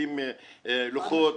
מפרקים לוחות,